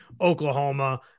Oklahoma